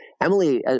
Emily